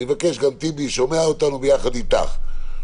גם טיבי שומע אותנו יחד איתך,